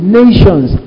nations